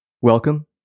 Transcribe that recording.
Welcome